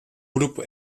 grupo